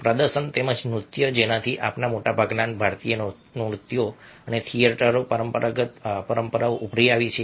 પ્રદર્શન તેમજ નૃત્ય જેમાંથી આપણા મોટાભાગના ભારતીય નૃત્યો અને થિયેટર પરંપરાઓ ઉભરી આવી છે